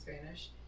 Spanish